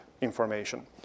information